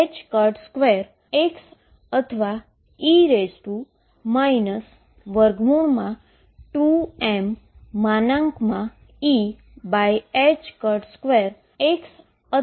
તેથી ઉકેલો e2mE2x અથવા e 2mE2x અથવા બંનેનો લીનીઅર કોમ્બીનેશન મળે છે